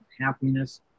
happiness